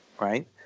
right